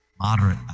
moderate